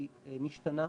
היא משתנה,